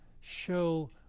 show